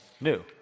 new